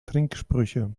trinksprüche